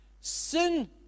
Sin